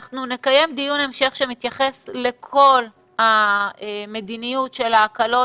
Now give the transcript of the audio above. נקיים דיון המשך שמתייחס לכל המדיניות של ההקלות,